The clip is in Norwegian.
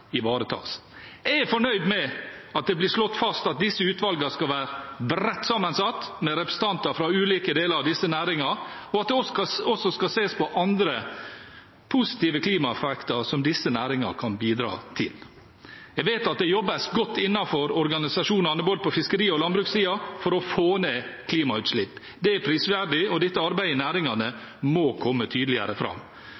ivaretas. Jeg er fornøyd med at det blir slått fast at disse utvalgene skal være bredt sammensatt med representanter fra ulike deler av disse næringene, og at det også skal ses på andre positive klimaeffekter disse næringene kan bidra til. Jeg vet at det jobbes godt innenfor organisasjonene på både fiskeri- og landbrukssiden for å få ned klimautslipp. Det er prisverdig, og dette arbeidet i næringene